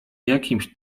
jakimś